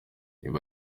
ibi